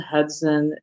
Hudson